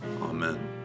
amen